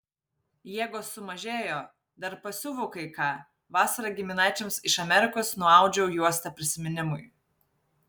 jėgos sumažėjo dar pasiuvu kai ką vasarą giminaičiams iš amerikos nuaudžiau juostą prisiminimui